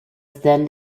then